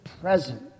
present